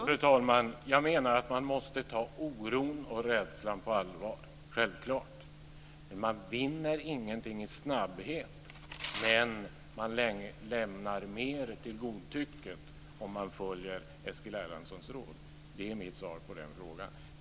Fru talman! Jag menar att man måste ta oron och rädslan på allvar, självklart. Man vinner ingenting i snabbhet, men man lämnar mer till godtycket om man följer Eskil Erlandssons råd. Det är mitt svar på frågan.